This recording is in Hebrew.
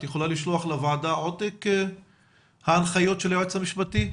את יכולה לשלוח עותק של ההנחיות של היועץ המשפטי?